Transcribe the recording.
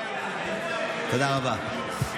תודה רבה.